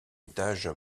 étage